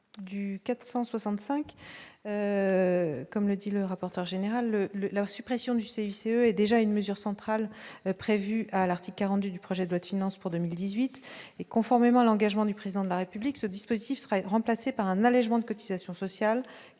du 465. Comme le dit le rapporteur général, la suppression du CICE est déjà une mesure centrale prévue à l'article 40 du du projet doit de finances pour 2018 et conformément à l'engagement du président de la République, ce dispositif serait remplacé par un allégement de cotisations sociales